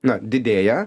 na didėja